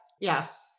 Yes